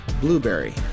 Blueberry